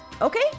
okay